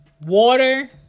water